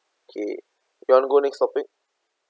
okay you want to go next topic